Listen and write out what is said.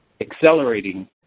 accelerating